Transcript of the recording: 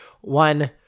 one